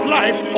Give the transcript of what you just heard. life